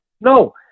No